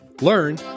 learn